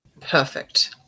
Perfect